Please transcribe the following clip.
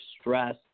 stress